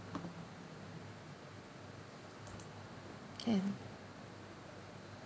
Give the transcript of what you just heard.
can